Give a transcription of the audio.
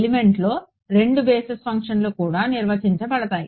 ఎలిమెంట్లో రెండు బేసిస్ ఫంక్షన్లు కూడా నిర్వచించబడ్డాయి